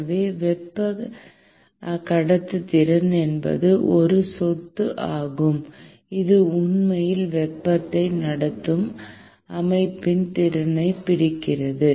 எனவே வெப்ப கடத்துத்திறன் என்பது ஒரு சொத்து ஆகும் இது உண்மையில் வெப்பத்தை நடத்தும் அமைப்பின் திறனைப் பிடிக்கிறது